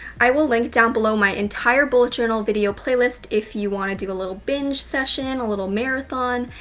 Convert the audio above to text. i will link down below my entire bullet journal video playlist if you want to do a little binge session, a little marathon,